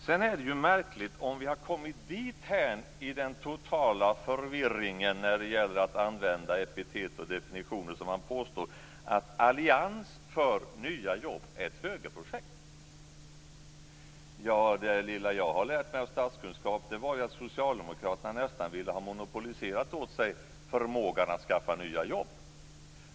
Det är märkligt om man har kommit dithän i den totala förvirringen när det gäller att använda epitet och definitioner att man påstår att alliansen för nya jobb är ett högerprojekt. Det lilla jag har lärt mig av statskunskap är att socialdemokraterna nästan ville monopolisera förmågan att skaffa nya jobb åt sig själva.